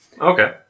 Okay